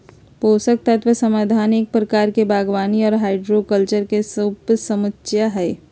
पोषक तत्व समाधान एक प्रकार के बागवानी आर हाइड्रोकल्चर के उपसमुच्या हई,